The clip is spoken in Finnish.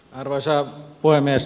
arvoisa puhemies